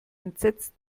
entsetzt